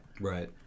right